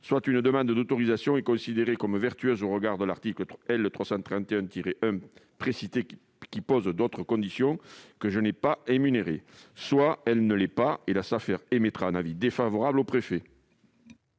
bien une demande d'autorisation est considérée comme vertueuse, au regard de l'article L. 331-1 précité, qui pose d'autres conditions que je n'ai pas énumérées, soit elle ne l'est pas, et la Safer remettra au préfet un avis défavorable. La parole